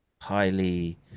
highly